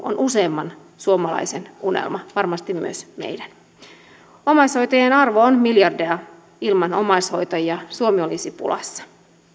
on useimman suomalaisen unelma varmasti myös meidän omaishoitajien arvo on miljardeja ilman omaishoitajia suomi olisi pulassa